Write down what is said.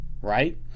right